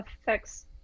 affects